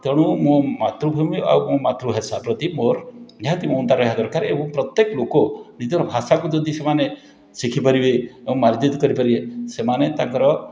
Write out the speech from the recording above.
ତେଣୁ ମୁଁ ମୋ ମାତୃଭୂମି ଆଉ ମୋ ମାତୃଭାଷା ପ୍ରତି ମୋର ନିହାତି ମମତା ରହିବା ଦରକାର ଏବଂ ପ୍ରତ୍ୟେକ ଲୋକ ନିଜର ଭାଷାକୁ ଯଦି ସେମାନେ ଶିଖିପାରିବେ ଏବଂ ମାର୍ଜିତ କରିପାରିବେ ସେମାନେ ତାଙ୍କର